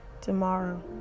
tomorrow